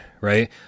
right